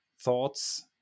thoughts